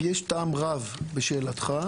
יש טעם רב בשאלתך.